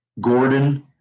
gordon